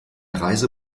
reise